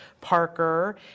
Parker